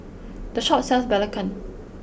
this shop sells Belacan